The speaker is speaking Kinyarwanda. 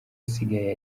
asigaye